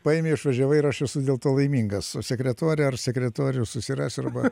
paėmei išvažiavai ir aš esu dėl to laimingas o sekretorę ar sekretorių susirasiu arba